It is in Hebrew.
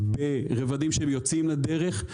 ברבדים של יוצאים לדרך,